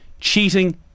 Cheating